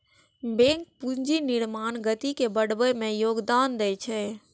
bank पूंजी निर्माणक गति के बढ़बै मे योगदान दै छै